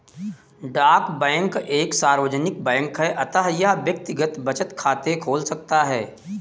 डाक बैंक एक सार्वजनिक बैंक है अतः यह व्यक्तिगत बचत खाते खोल सकता है